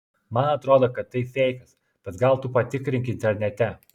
man atrodo kad tai feikas bet gal tu patikrink internete